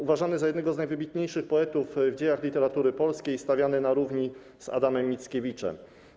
Uważany za jednego z najwybitniejszych poetów w dziejach literatury polskiej, stawiany na równi z Adamem Mickiewiczem.